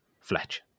Fletch